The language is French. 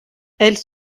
elle